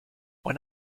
when